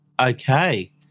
Okay